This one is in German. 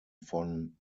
von